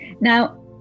Now